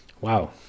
Wow